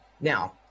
Now